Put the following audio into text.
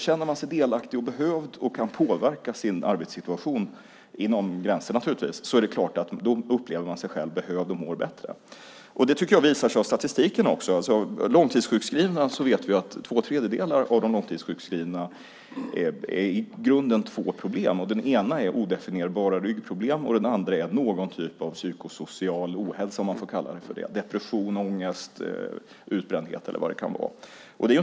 Känner man sig delaktig och kan påverka sin arbetssituation, inom vissa gränser naturligtvis, upplever man sig själv behövd och mår bättre. Det visar sig av statistiken också. Vi vet att två tredjedelar av de långtidssjukskrivna i grunden har två problem. Det ena är odefinierbara ryggproblem och det andra är någon typ av psykosocial ohälsa, om man får kalla det för det. Det kan vara depression, ångest, utbrändhet eller något annat.